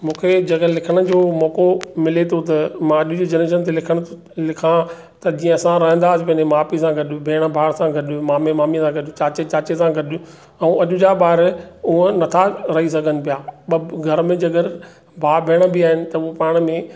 मूंखे जे अगरि लिखण जो मौको मिले थो त मां अॼु जी जनरेशन ते लिखणु लिखां त जीअं असां रहंदासीं पंहिंजे माउ पीउ सां गॾु भेण भाउ सां गॾु मामे मामीअ सां गॾु चाचे चाचीअ सां गॾु ऐं अॼु जा ॿार उहो नथा रही सघनि पिया घर में जे अगरि भाउ भेण बि आहिनि त उहे पाण में